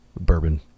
bourbon